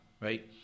right